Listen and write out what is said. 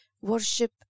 Worship